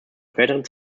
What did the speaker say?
späteren